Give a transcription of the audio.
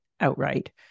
outright